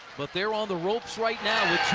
but they're on the ropes right now